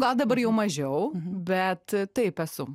gal dabar jau mažiau bet taip esu